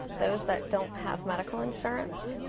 those that don't have medical insurance.